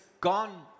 gone